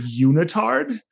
unitard